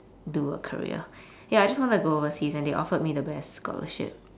do a career ya I just wanted to go overseas and they offered me the best scholarship